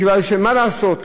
כי מה לעשות,